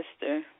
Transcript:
sister